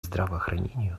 здравоохранению